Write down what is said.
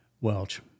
Welch